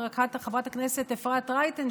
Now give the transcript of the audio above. חברת הכנסת אפרת רייטן,